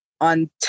on